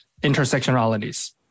intersectionalities